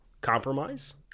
compromise